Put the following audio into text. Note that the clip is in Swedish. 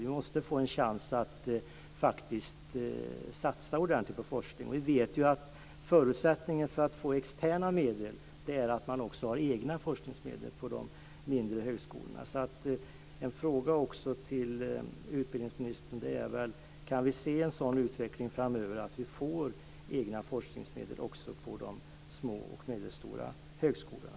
Vi måste få en chans att faktiskt satsa ordentligt på forskning. Vi vet att förutsättningen för att få externa medel är att man också har egna forskningsmedel på de mindre högskolorna. Ännu en fråga till utbildningsministern är: Kan vi se en sådan utveckling framöver, att vi får egna forskningsmedel också på de små och medelstora högskolorna?